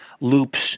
loops